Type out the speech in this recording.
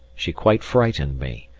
she quite frightened me,